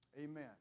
Amen